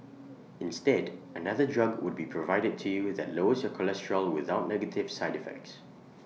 instead another drug would be provided to you that lowers your cholesterol without negative side effects